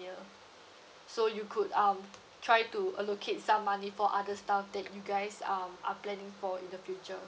year so you could um try to allocate some money for other stuff that you guys um are planning for in the future